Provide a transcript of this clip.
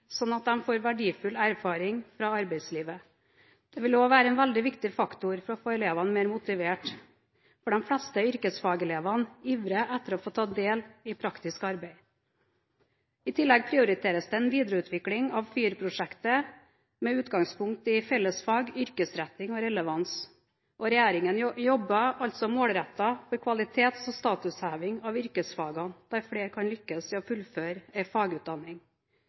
sånn at de får verdifull erfaring fra arbeidslivet. Det vil også være en veldig viktig faktor for å få elevene mer motivert – for de fleste yrkesfagelevene ivrer etter å få ta del i praktisk arbeid. I tillegg prioriteres det en videreutvikling av FYR-prosjektet, med utgangspunkt i fellesfag, yrkesretting og relevans, og regjeringen jobber målrettet for kvalitets- og statusheving av yrkesfagene, slik at flere kan lykkes i å fullføre en fagutdanning.